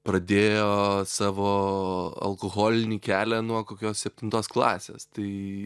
pradėjo savo alkoholinį kelią nuo kokios septintos klasės tai